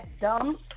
dumb